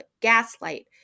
gaslight